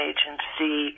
Agency